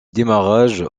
démarrage